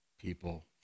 people